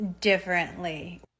differently